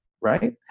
right